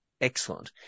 Excellent